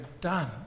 done